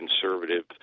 conservative